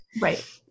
Right